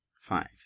five